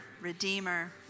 Redeemer